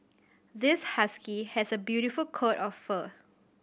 this husky has a beautiful coat of fur